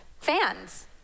fans